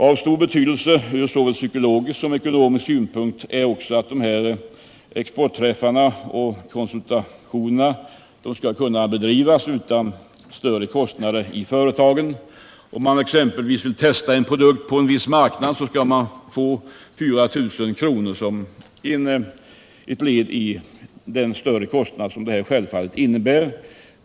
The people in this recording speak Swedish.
Av stor betydelse ur såväl psykologisk som ekonomisk synpunkt är att dessa exportträffar och konsultationer skall kunna bedrivas utan större kostnader för företagen själva. Om de exempelvis vill testa en produkt på en viss marknad skall de få 4 000 kr. för det som ett led i den större kostnad som detta självfallet innebär.